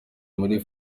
muri